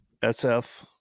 SF